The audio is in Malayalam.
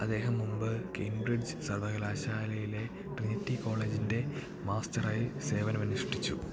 അദ്ദേഹം മുമ്പ് കേംബ്രിഡ്ജ് സർവകലാശാലയിലെ ട്രിനിറ്റി കോളേജിന്റെ മാസ്റ്ററായി സേവനമനുഷ്ഠിച്ചു